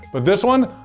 but this one,